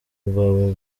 urwawe